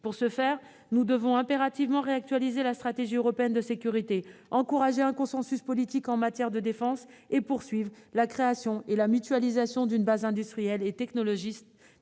Pour ce faire, nous devons impérativement actualiser la stratégie européenne de sécurité, encourager un consensus politique en matière de défense et poursuivre la création et la mutualisation d'une base industrielle et technologique